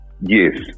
Yes